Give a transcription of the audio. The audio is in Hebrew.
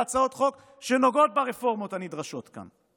הצעות חוק שנוגעות ברפורמות הנדרשות כאן,